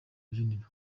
rubyiniro